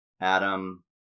Adam